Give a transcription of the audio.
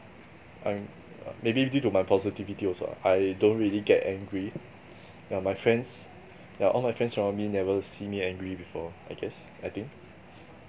I mean uh maybe due to my positivity also ah I don't really get angry yeah my friends yeah all my friends around me never see me angry before I guess I think